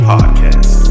Podcast